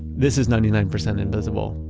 this is ninety nine percent invisible.